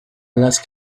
las